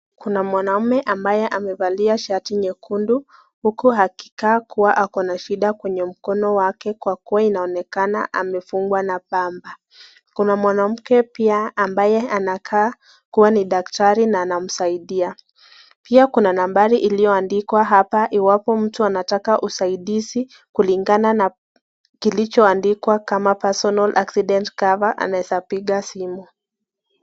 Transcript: Kuna mwanaume ambae amevaalia shati nyekundu. Huku akikaa kuwa akona shida kwenye mkono wake kwa kuwa inaonekana amefungwa na pamba. Kuna mwanamke pia ambaye anakaa kuwa ni daktari na anamsaidia. Pia kuna nambari iliyoandikwa hapa iwapo mtu anataka usaidizi kulingana na kilichoandikwa (personal accident cover)